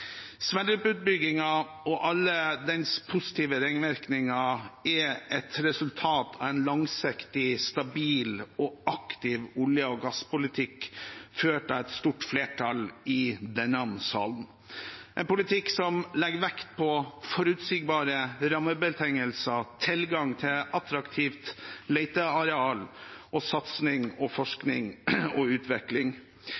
og alle dens positive ringvirkninger er et resultat av en langsiktig, stabil og aktiv olje- og gasspolitikk ført av et stort flertall i denne salen, en politikk som legger vekt på forutsigbare rammebetingelser, tilgang til attraktivt leteareal og satsing på forskning og